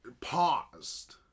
paused